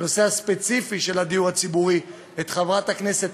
ובנושא הספציפי של הדיור הציבורי את חברת הכנסת